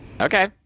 Okay